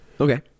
Okay